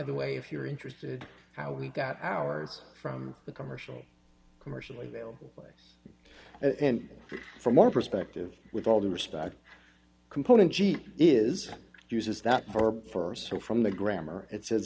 the way if you're interested how we got ours from the commercial commercially available place in it from our perspective with all due respect component jeep is uses that for so from the grammar it says